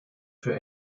für